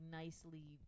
nicely